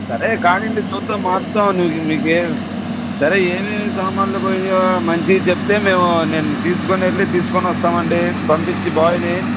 సరే కానీండి చూద్దాం మారుద్దాం నీకు మీకు ఏ సరే ఏమేం సామాన్లు పొయినాయో మంచిగా చెప్తే మేము నేను తీసుకోని వెళ్ళి తీసుకొని వస్తామండి పంపించి బాయ్ని